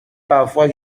parfois